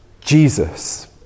Jesus